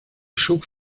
shook